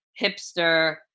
hipster